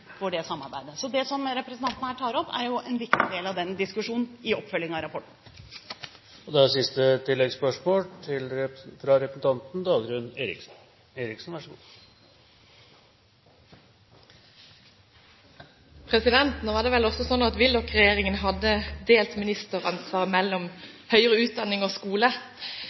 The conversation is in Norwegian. for det samarbeidet. Så det som representanten her tar opp, er en viktig del av den diskusjonen, i oppfølgingen av rapporten. Dagrun Eriksen – til siste oppfølgingsspørsmål. Det er vel også slik at i Willoch-regjeringen hadde man delt ministeransvar mellom høyere utdanning og skole, så det har vel